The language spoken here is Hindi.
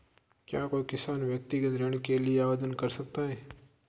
क्या कोई किसान व्यक्तिगत ऋण के लिए आवेदन कर सकता है?